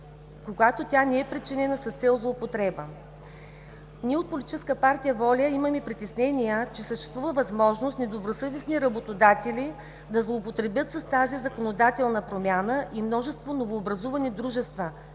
когато тя не е причинена с цел злоупотреба. Ние от Политическа партия „Воля“ имаме притеснения, че съществува възможност недобросъвестни работодатели да злоупотребят с тази законодателна промяна и множество новообразувани дружества